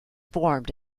formed